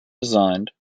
designed